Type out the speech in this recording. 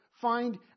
find